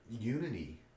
unity